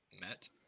met